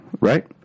Right